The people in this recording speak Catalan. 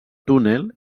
túnel